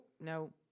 no